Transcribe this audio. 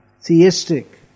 theistic